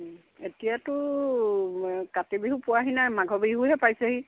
এতিয়াতো কাতি বিহু পোৱাহি নাই মাঘৰ বিহুহে পাইছেহি